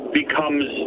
becomes